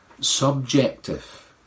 subjective